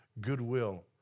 goodwill